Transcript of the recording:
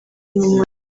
iminwa